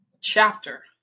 chapter